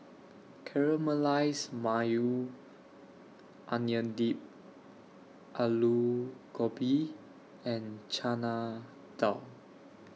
Caramelized Maui Onion Dip Alu Gobi and Chana Dal